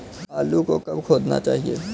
आलू को कब खोदना चाहिए?